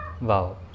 Wow